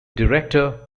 director